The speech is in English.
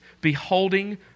beholding